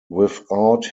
without